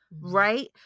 right